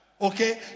okay